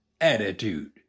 attitude